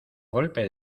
golpe